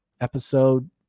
episode